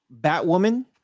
Batwoman